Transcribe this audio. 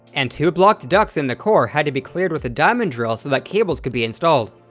and two blocked ducts in the core had to be cleared with a diamond drill so that cables could be installed.